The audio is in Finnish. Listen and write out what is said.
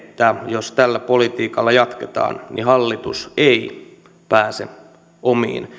jos tällä politiikalla jatketaan niin hallitus ei pääse omiin